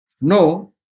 No